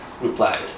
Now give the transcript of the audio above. replied